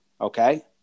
Okay